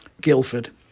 Guildford